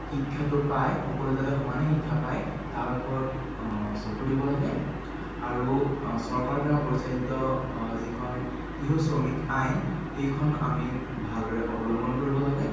শিক্ষাটো পায় সকলোৱে যাতে সমানে শিক্ষা পায় তাৰ ওপৰত চকু দিব লাগে আৰু চৰকাৰৰদ্বাৰা পৰিচালিত যিখন শিশু শ্ৰমিক আইন সেইখন আমি ভালদৰে অৱলম্বন কৰিব লাগে